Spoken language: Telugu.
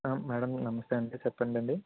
మేడం నమస్తే అండి చెప్పండండి